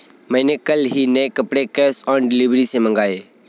मैंने कल ही नए कपड़े कैश ऑन डिलीवरी से मंगाए